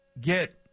get